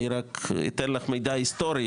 אני רק אתן לך מידע היסטורי,